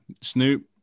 Snoop